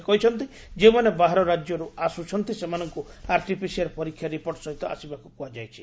ସେ କହିଛନ୍ତି ଯେଉଁମାନେ ବାହାର ରାଜ୍ୟରୁ ଆସୁଛନ୍ତି ସେମାନଙ୍କୁ ଆରଟିପିସିଆର ପରୀକ୍ଷା ରିପୋର୍ଟ ସହିତ ଆସିବାକୁ କୁହାଯାଇଛି